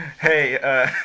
Hey